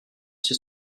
ces